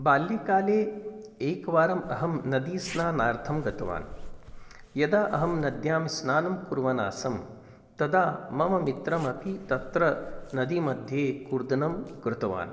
बाल्यकाले एकवारम् अहं नदीस्नानार्थं गतवान् यदा अहं नद्यां स्नानं कुर्वन् आसं तदा मम मित्रमपि तत्र नदीमध्ये कूर्दनं कृतवान्